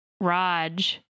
Raj